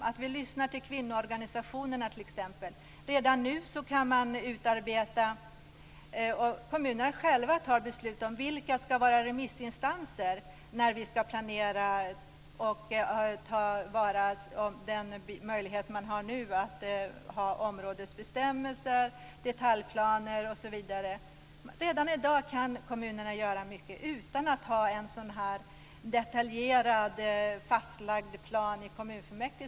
Vi måste t.ex. lyssna till kvinnoorganisationerna. Redan nu kan kommunerna själva fatta beslut om vilka som ska vara remissinstanser. Man kan ta till vara den möjlighet man har nu med områdesbestämmelser, detaljplaner osv. Redan i dag kan kommunerna göra mycket utan att ha en sådan här detaljerad, fastlagd plan i kommunfullmäktige.